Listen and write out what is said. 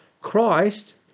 Christ